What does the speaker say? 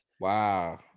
Wow